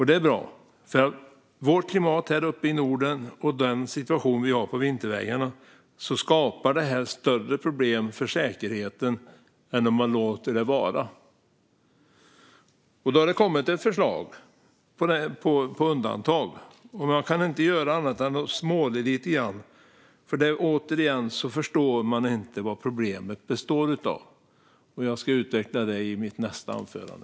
Det är bra, för med vårt klimat här uppe i Norden och den situation vi har på vintervägarna skapar det här större problem för säkerheten än om man låter det vara. Det har kommit ett förslag på undantag, och jag kan inte göra annat än att småle lite grann, för återigen förstår man inte vad problemet består i. Jag ska utveckla det i mitt nästa anförande.